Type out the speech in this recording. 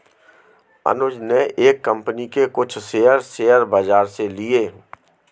अनुज ने एक कंपनी के कुछ शेयर, शेयर बाजार से लिए